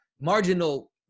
marginal